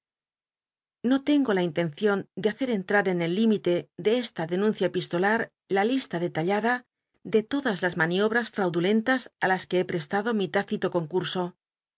i'io tengo la intencion de hacer entrar en el limite de esta denuncia epistolar la lista detallada de todas las maniobras fraudulentas á las que he prestado mi tácito concurso